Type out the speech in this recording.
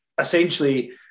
essentially